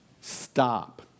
Stop